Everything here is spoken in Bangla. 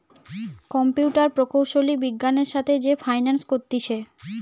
কম্পিউটার প্রকৌশলী বিজ্ঞানের সাথে যে ফাইন্যান্স করতিছে